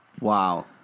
Wow